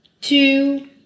two